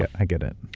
i get it.